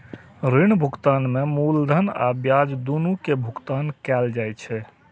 ऋण भुगतान में मूलधन आ ब्याज, दुनू के भुगतान कैल जाइ छै